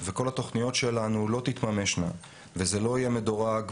וכל התוכניות שלנו לא תתממשנה וזה לא יהיה מדורג,